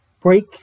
break